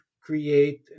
create